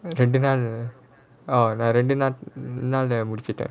ரெண்டு நாள்:rendu naal oh நான் ரெண்டு நாலா முடிச்சிட்டேன்:naan rendu naala mudichittaen